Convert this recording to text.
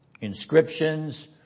inscriptions